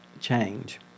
change